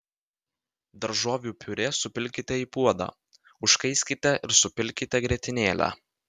daržovių piurė supilkite į puodą užkaiskite ir supilkite grietinėlę